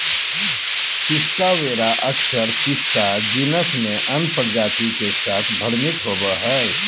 पिस्ता वेरा अक्सर पिस्ता जीनस में अन्य प्रजाति के साथ भ्रमित होबो हइ